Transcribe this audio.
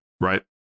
right